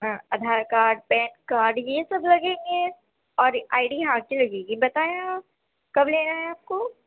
ہاں Aadhaar card PAN card یہ سب لگیں گے اور آئی ڈی یہاں کی لگے گی بتائیں آپ کب لینا ہے آپ کو